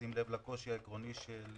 בשים לב לקושי העקרוני של